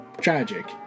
tragic